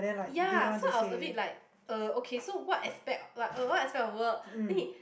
ya so I was a bit like uh okay so what aspect like uh what aspect of work then he